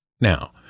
Now